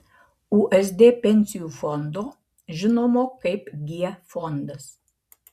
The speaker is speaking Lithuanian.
usd pensijų fondo žinomo kaip g fondas